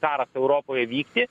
karas europoje vykti